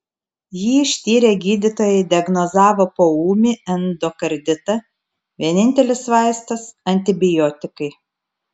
jį ištyrę gydytojai diagnozavo poūmį endokarditą vienintelis vaistas antibiotikai